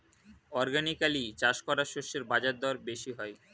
organically চাষ করা শস্যের বাজারদর বেশি হয়